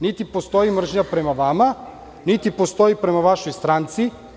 Niti postoji mržnja prema vama, niti postoji prema vašoj stranci.